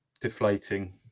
deflating